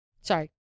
Sorry